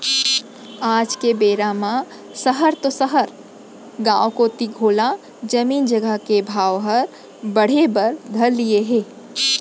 आज के बेरा म सहर तो सहर गॉंव कोती घलौ जमीन जघा के भाव हर बढ़े बर धर लिये हे